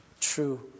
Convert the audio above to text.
true